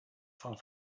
far